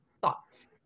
thoughts